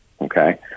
okay